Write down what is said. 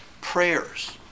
prayers